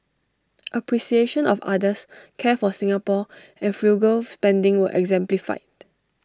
appreciation of others care for Singapore frugal spending were exemplified